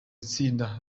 itsinda